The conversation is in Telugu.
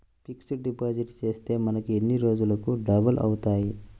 ఫిక్సడ్ డిపాజిట్ చేస్తే మనకు ఎన్ని రోజులకు డబల్ అవుతాయి?